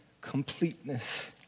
completeness